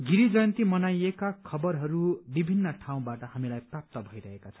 गिरी जयन्ती मनाइएका खबरहरू विभिन्न ठाउँबाट हामीलाई प्राप्त भई रहेका छन्